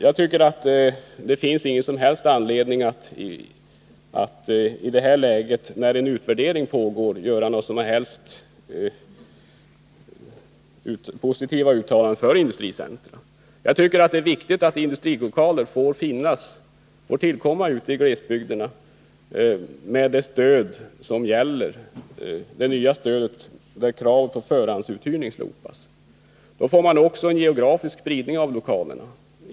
Jag tycker inte att det finns någon som helst anledning att i det här läget, när en utvärdering pågår, göra några som helst positiva uttalanden till förmån för industricentra. Jag tycker att det är viktigt att industrilokaler får komma till ute i glesbygderna med det stöd som gäller men utan krav på förhandsuthyrning. Då får man också en geografisk spridning av lokalerna.